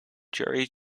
jury